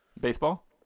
Baseball